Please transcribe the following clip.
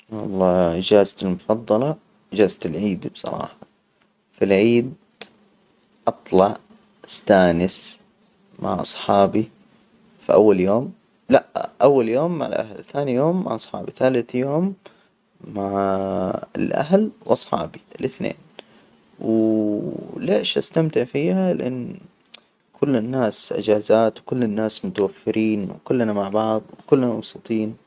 والله إجازتي المفضلة، إجازة العيد. بصراحة فالعيد. أطلع أستأنس مع أصحابي في أول يوم، لأ، أول يوم مع الأهل، ثاني يوم مع أصحابي، ثالث يوم مع الأهل وأصحابي الإثنين، و ليش أستمتع فيها لأن كل الناس إجازات وكل الناس متوفرين وكلنا مع بعض وكلنا مبسوطين.